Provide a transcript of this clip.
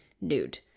nude